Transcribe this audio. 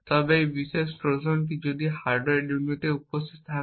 তবে এই বিশেষ ট্রোজানটি যদি এই হার্ডওয়্যার ইউনিটে উপস্থিত থাকে